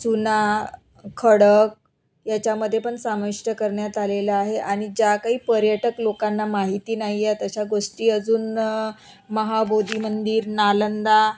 चुना खडक याच्यामध्ये पण सामविष्ट करण्यात आलेलं आहे आणि ज्या काही पर्यटक लोकांना माहिती नाही आहेत अशा गोष्टी अजून महाबोधी मंदिर नालंदा